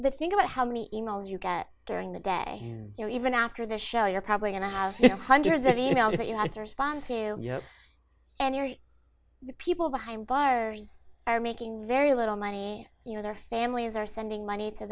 the think about how many emails you get during the day you know even after the show you're probably going to have hundreds of e mails that you had to respond to you and the people behind bars are making very little money you know their families are sending money to